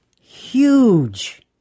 huge